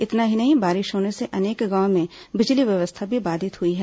इतना ही नहीं बारिश होने से अनेक गांवों में बिजली व्यवस्था भी बाधित हुई है